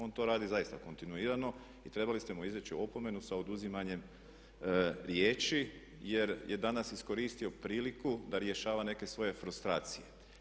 On to radi zaista kontinuirano i trebali ste mu izreći opomenu sa oduzimanjem riječi jer je danas iskoristio priliku da rješava neke svoje frustracije.